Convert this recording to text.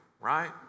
right